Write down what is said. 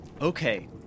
Okay